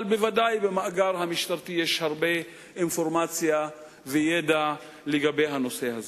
אבל בוודאי במאגר המשטרתי יש הרבה אינפורמציה וידע על הנושא הזה.